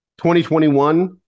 2021